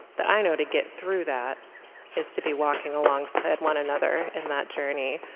that i know to get through that is to be walking alongside one another in that journey,